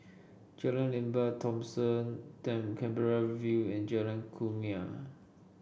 Jalan Lembah Thomson Canberra View and Jalan Kumia